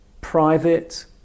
private